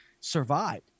survived